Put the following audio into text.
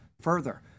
Further